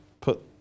put